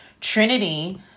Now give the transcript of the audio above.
Trinity